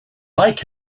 like